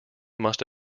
must